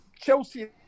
Chelsea